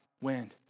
wind